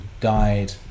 died